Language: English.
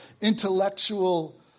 intellectual